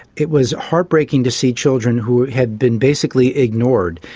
it was heartbreaking to see children who had been basically ignored.